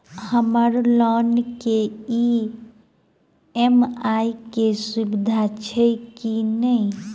हम्मर लोन केँ ई.एम.आई केँ सुविधा छैय की नै?